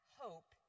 hope